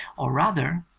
or rather,